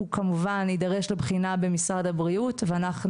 הוא כמובן יידרש לבחינה במשרד הבריאות ואנחנו